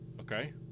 Okay